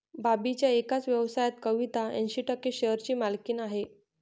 बॉबीच्या एकाच व्यवसायात कविता ऐंशी टक्के शेअरची मालकीण आहे